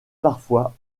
parfois